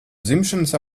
dzimšanas